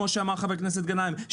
כמו שאמר חבר הכנסת גנאים,